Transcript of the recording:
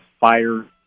fire